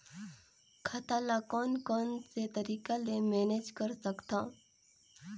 खाता ल कौन कौन से तरीका ले मैनेज कर सकथव?